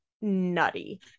nutty